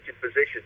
positions